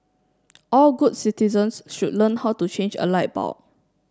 all good citizens should learn how to change a light bulb